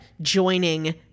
joining